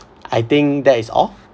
I think that is all